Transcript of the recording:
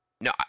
No